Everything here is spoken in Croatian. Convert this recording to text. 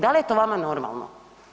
Da li je to vama normalno?